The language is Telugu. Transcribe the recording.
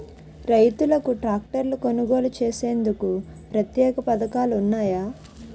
రైతులకు ట్రాక్టర్లు కొనుగోలు చేసేందుకు ప్రత్యేక పథకాలు ఉన్నాయా?